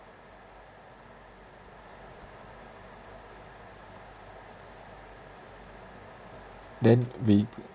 then we